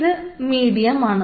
ഇത് മീഡിയമാണ്